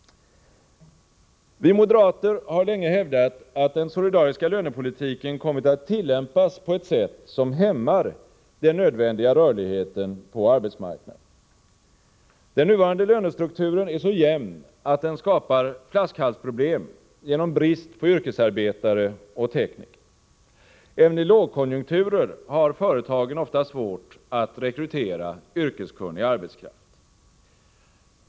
Vi moderater har länge hävdat att den solidariska lönepolitiken kommit att tillämpas på ett sätt som hämmar den nödvändiga rörligheten på arbetsmarknaden. Den nuvarande lönestrukturen är så jämn att den skapar flaskhalsproblem genom brist på yrkesarbetare och tekniker. Även i lågkonjunkturer har företagen ofta svårt att rekrytera yrkeskunnig arbetskraft.